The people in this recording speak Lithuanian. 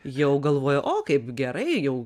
jau galvojo o kaip gerai jau